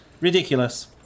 ridiculous